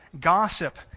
gossip